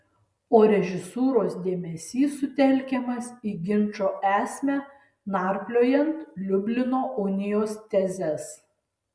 o režisūros dėmesys sutelkiamas į ginčo esmę narpliojant liublino unijos tezes